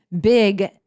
big